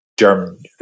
German